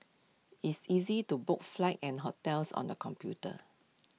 it's easy to book flights and hotels on the computer